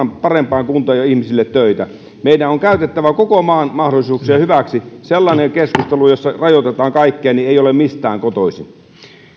parempaan kuntoon ja ihmisille töitä meidän on käytettävä koko maan mahdollisuuksia hyväksi sellainen keskustelu jossa rajoitetaan kaikkea ei ole mistään kotoisin